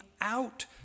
out